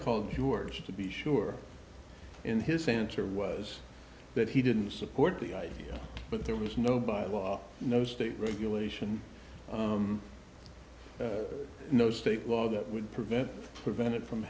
called yours to be sure in his answer was that he didn't support the idea but there was no bylaw no state regulation no state law that would prevent prevent it from